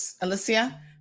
Alicia